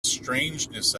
strangeness